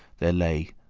there lay,